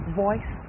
voice